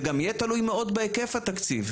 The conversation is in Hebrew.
זה גם יהיה תלוי מאוד בהיקף התקציב.